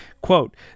Quote